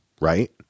right